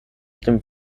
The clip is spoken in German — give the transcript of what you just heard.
dem